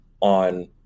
on